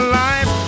life